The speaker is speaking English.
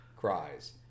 cries